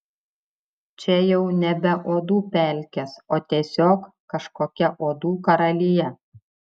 čia jau nebe uodų pelkės o tiesiog kažkokia uodų karalija